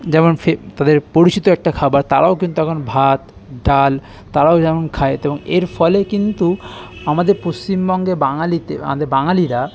যেমন তাদের পরিচিত একটা খাবার তারাও কিন্তু এখন ভাত ডাল তারাও যেমন খায় তেমন এর ফলে কিন্তু আমাদের পশ্চিমবঙ্গে বাঙালিতে আমাদের বাঙালিরা